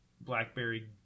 Blackberry